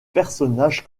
personnage